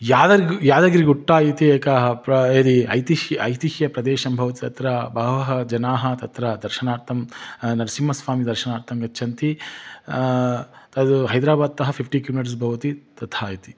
यादर् यादगिरिगुट्टा इति एकः प्र यदि ऐतिह्यम् ऐतिह्यप्रदेशं भवति तत्र बहवः जनाः तत्र दर्शनार्थं नरसिम्हस्वामिनः दर्शनार्थं गच्छन्ति तद् हैद्राबाद्तः फ़िफ़्टि किमिटर्स् भवति तथा इति